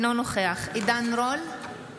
אינו נוכח עידן רול,